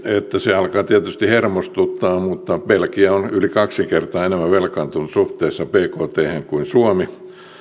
että se alkaa tietysti hermostuttaa mutta belgia on yli kaksi kertaa enemmän velkaantunut suhteessa bkthen kuin suomi